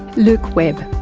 luke webb.